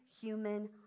human